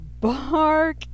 bark